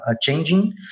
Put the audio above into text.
changing